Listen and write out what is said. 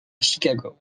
chicago